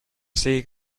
seeing